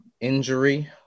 injury